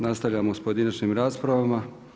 Nastavljamo sa pojedinačnim raspravama.